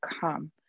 come